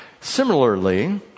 Similarly